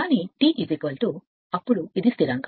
కానీ T అప్పుడు ఇది స్థిరాంకం